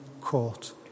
court